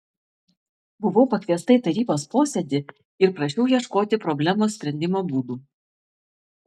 buvau pakviesta į tarybos posėdį ir prašiau ieškoti problemos sprendimo būdų